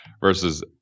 versus